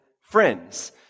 friends